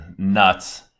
Nuts